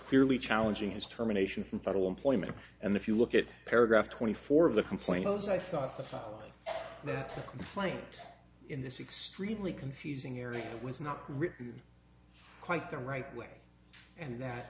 clearly challenging his termination from federal employment and if you look at paragraph twenty four of the complaint goes i saw a sign that the complaint in this extremely confusing area was not written quite the right way and that